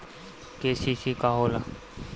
KCC का होला?